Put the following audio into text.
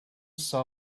saw